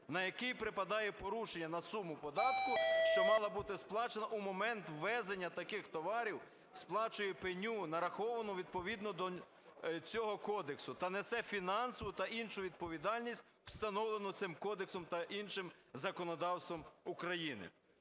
на який припадає порушення, на суму податку, що мала бути сплачена у момент ввезення таких товарів, сплачує пеню, нараховану відповідно до цього кодексу, та несе фінансову та іншу відповідальність, встановлену цим кодексом та іншим законодавством України.